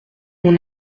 mon